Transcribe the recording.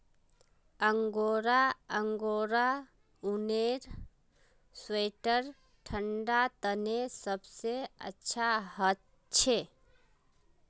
angora angora ऊनेर sweater ठंडा तने सबसे अच्छा हछे